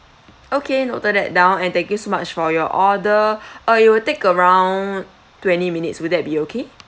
okay noted that down and thank you so much for your order uh it will take around twenty minutes will that be okay